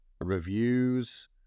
reviews